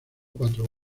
cuatro